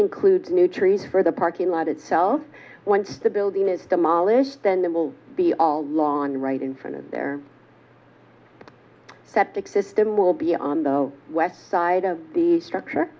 includes new trees for the parking lot itself once the building is demolished then there will be all lawn right in front of their septic system will be on the west side of the structure